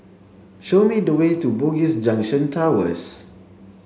show me the way to Bugis Junction Towers